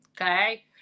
Okay